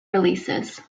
releases